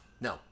No